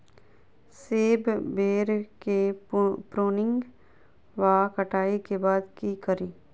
सेब बेर केँ प्रूनिंग वा कटाई केँ बाद की करि?